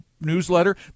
newsletter